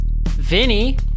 Vinny